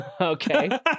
Okay